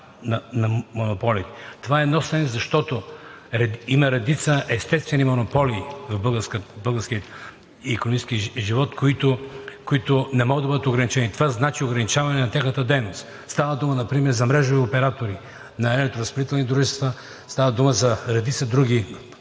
Това е нонсенс, защото има редица естествени монополи в българския икономически живот, които не могат да бъдат ограничени. Това значи ограничаване на тяхната дейност. Става дума например за мрежови оператори на електроразпределителни дружества, става дума за редица други